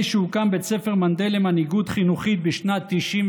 שהוקם בית ספר מנדל למנהיגות חינוכית בשנת 1992